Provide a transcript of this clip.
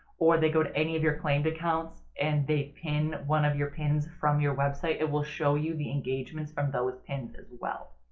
or they go to any of your claimed accounts and they pin one of your pins from your website it will show you the engagements from those pins as well.